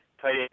tight